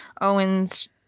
Owen's